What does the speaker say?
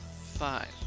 five